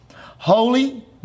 holy